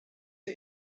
are